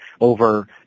over